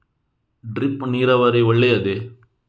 Drip ನೀರಾವರಿ ಒಳ್ಳೆಯದೇ?